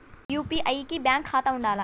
UPI కి bank ఖాతా ఉండాల?